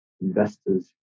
investors